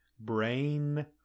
brain